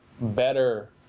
better